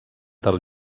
del